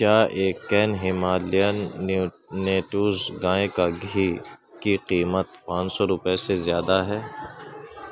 کیا ایک کین ہمالین نیو نیٹوز گائے کا گھی کی قیمت پان سو روپے سے زیادہ ہے